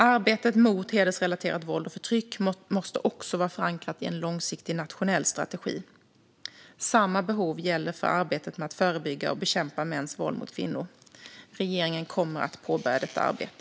Arbetet mot hedersrelaterat våld och förtryck måste också vara förankrat i en långsiktig nationell strategi. Samma behov gäller för arbetet med att förebygga och bekämpa mäns våld mot kvinnor. Regeringen kommer att påbörja detta arbete.